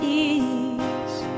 ease